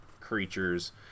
creatures